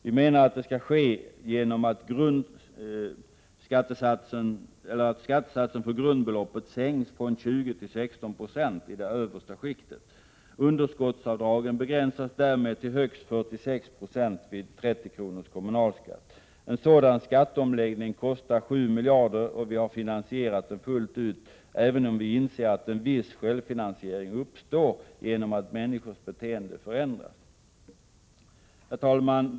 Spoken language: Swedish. Vi menar att det skall ske genom att skattesatsen för grundbeloppet sänks från 20 till 16 96 i det översta skiktet. Underskottsavdragen begränsas därmed till högst 46 96 vid en kommunalskatt på 30 kr. En sådan skatteomläggning kostar 7 miljarder, och vi har finansierat den fullt ut, även om vi inser att en viss självfinansiering uppstår genom att människors beteende förändras. Herr talman!